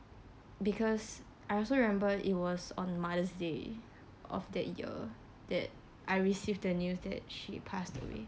because I also remember it was on mother's day of that year that I received the news that she passed away